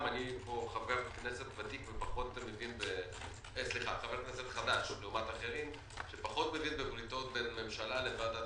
חבר כנסת חדש לעומת אחרים שפחות מבין בבריתות בין ממשלה לוועדת